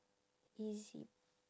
ez~